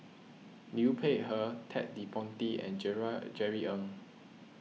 Liu Peihe Ted De Ponti and Jerry Ng